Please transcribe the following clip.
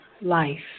life